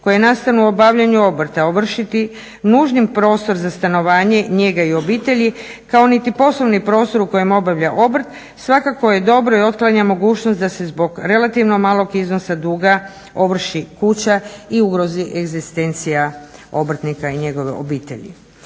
koje nastanu u obavljanju obrta ovršiti nužnim prostor za stanovanje, njega i obitelji kao niti poslovni prostor u kojem obavlja obrt, svakako je dobro i otklanja mogućnost da se zbog relativno malog iznosa duga ovrši kuća i ugrozi egzistencija obrtnika i njegove obitelji.